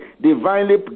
divinely